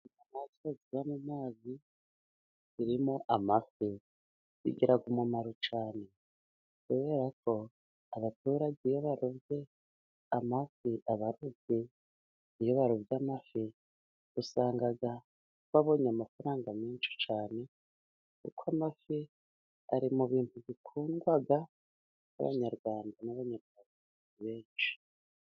Inyamaswa ziba mu mazi zirimo amafi, zigira umumaro cyane kubera ko abaturage iyo barobye amafi, abarobyi iyo barobye amafi usanga babonye amafaranga menshi cyane. Kuko amafi ari mu bintu bikundwa n'Abanyarwanda n'Abanyarwandakazi benshi.